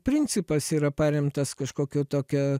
principas yra paremtas kažkokia tokia